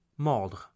mordre